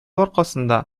аркасында